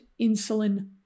insulin